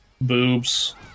boobs